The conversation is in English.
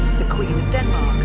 the queen of denmark,